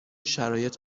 شرایط